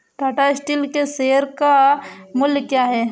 Tata steel के share का मूल्य क्या है?